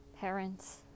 parents